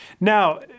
now